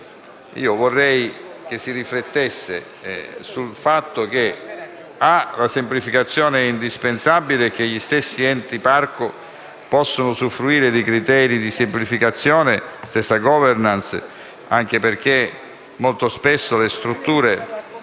Vorrei che si riflettesse sul fatto che la semplificazione è indispensabile e che gli stessi Enti parco possono usufruire dei criteri di semplificazione (stessa governance), anche perché molto spesso le strutture